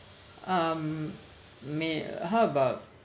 um may how about